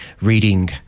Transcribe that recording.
reading